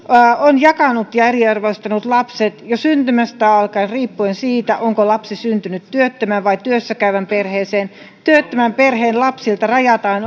on jakanut ja eriarvoistanut lapset jo syntymästä alkaen riippuen siitä onko lapsi syntynyt työttömään vai työssä käyvään perheeseen työttömän perheen lapsilta rajataan